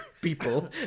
people